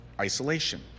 isolation